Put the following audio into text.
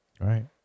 Right